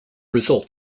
result